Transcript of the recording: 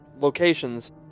locations